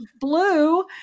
blue